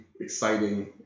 exciting